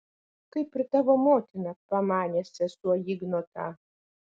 kaip ir tavo motina pamanė sesuo ignotą